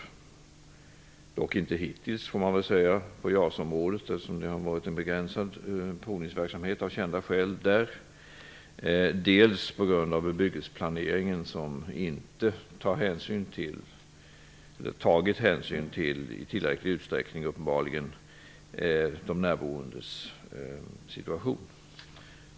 Det har dock inte skett hittills i fråga om JAS, eftersom det av kända skäl har varit en begränsad provningsverksamhet. Miljön pressas också av bebyggelseplaneringen. Man har uppenbarligen inte i tillräcklig utsträckning tagit hänsyn till de närboendes situation.